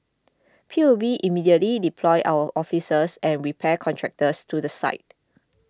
P U B immediately deployed our officers and repair contractors to the site